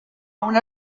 una